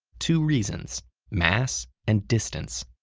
two reasons mass and distance.